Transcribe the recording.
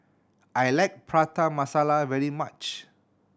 I like Prata Masala very much